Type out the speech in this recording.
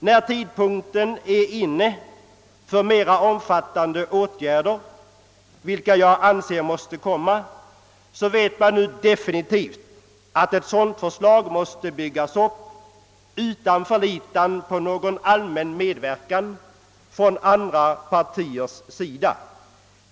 När tidpunkten är inne för mera omfattande åtgärder, vilka jag anser måste vidtagas, vet man nu definitivt att ett förslag om sådana måste byggas upp utan förlitan på någon allmän medverkan av andra partier.